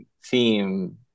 theme